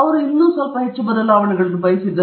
ಅವರು ಸ್ವಲ್ಪ ಹೆಚ್ಚು ಬದಲಾವಣೆಗಳನ್ನು ಬಯಸಿದ್ದರು